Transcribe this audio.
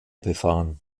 befahren